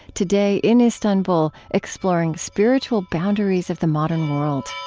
today in istanbul, exploring spiritual boundaries of the modern world